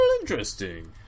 interesting